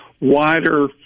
wider